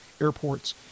airports